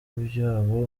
byabo